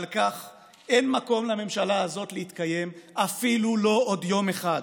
על כן אין מקום לממשלה הזאת להתקיים אפילו לא עוד יום אחד.